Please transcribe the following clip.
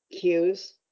cues